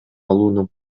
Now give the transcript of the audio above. алууну